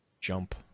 jump